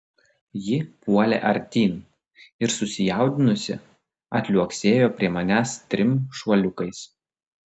ji puolė artyn ir susijaudinusi atliuoksėjo prie manęs trim šuoliukais